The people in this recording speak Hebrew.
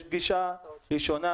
יש פגישה ראשונה,